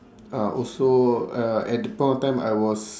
ah also uh at that point of time I was